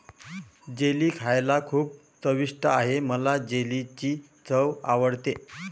jelly खायला खूप चविष्ट आहे मला जेलीची चव आवडते